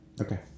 Okay